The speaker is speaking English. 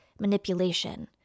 manipulation